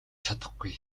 чадахгүй